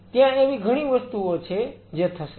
ત્યાં એવી ઘણી વસ્તુઓ છે જે થશે